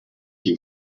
you